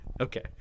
Okay